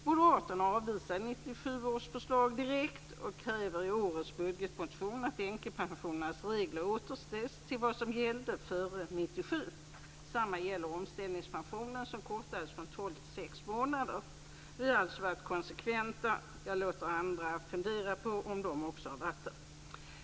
Moderaterna avvisade 1997 års förslag direkt och kräver i årets budgetmotion att änkepensionens regler återställs till vad som gällde före 1997. Samma gäller omställningspensionen som kortades från tolv till sex månader. Vi har alltså varit konsekventa. Jag låter andra fundera på om också de har varit det.